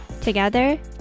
Together